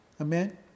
Amen